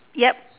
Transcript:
yup